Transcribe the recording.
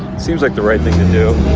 seems like the right thing. and